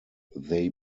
they